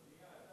הבנייה,